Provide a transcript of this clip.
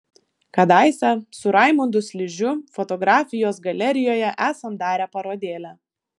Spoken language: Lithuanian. kadaise su raimundu sližiu fotografijos galerijoje esam darę parodėlę